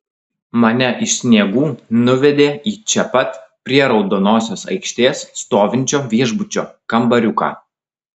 mane iš sniegų nuvedė į čia pat prie raudonosios aikštės stovinčio viešbučio kambariuką